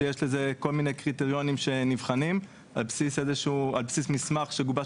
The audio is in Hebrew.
ויש לזה כל מיני קריטריונים שנבחנים על בסיס מסמך שגובש